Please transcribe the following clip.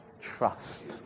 trust